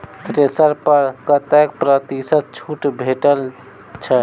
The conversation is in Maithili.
थ्रेसर पर कतै प्रतिशत छूट भेटय छै?